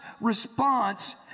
response